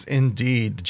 indeed